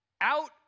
out